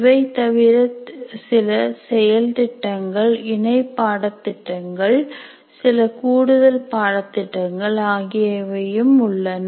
இவை தவிர சில செயல் திட்டங்கள் இணை பாடத்திட்டங்கள் சில கூடுதல் பாடத்திட்டங்கள் ஆகியவையும் உள்ளன